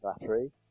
battery